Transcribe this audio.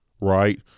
right